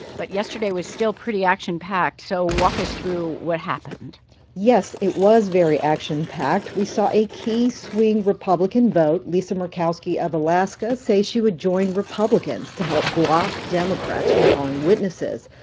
but yesterday was still pretty action-packed. so walk us through what happened yes, it was very action-packed. we saw a key swing republican vote, lisa murkowski of alaska, say she would join republicans to help block democrats from calling witnesses.